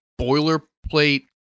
boilerplate